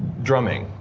drumming,